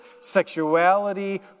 sexuality